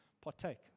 Partake